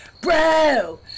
Bro